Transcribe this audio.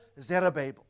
Zerubbabel